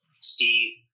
Steve